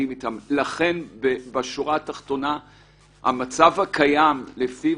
לכן בשורה התחתונה המצב הקיים שלפיו